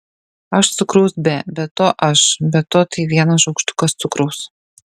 aš cukraus be be to aš be to tai vienas šaukštukas cukraus